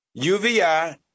UVI